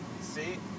see